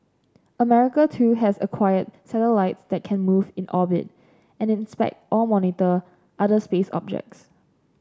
America too has acquired satellite that can move in orbit and inspect or monitor other space objects